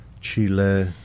Chile